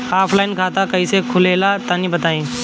Offline खाता कइसे खुलेला तनि बताईं?